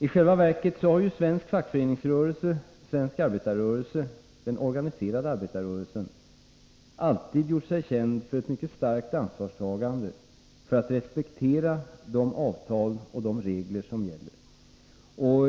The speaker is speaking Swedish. I själva verket har svensk fackföreningsrörelse och svensk arbetarrörelse — den organiserade arbetarrörelsen — alltid gjort sig känd för ett mycket starkt ansvarstagande, för att respektera de avtal och regler som gäller.